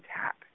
tap